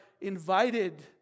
invited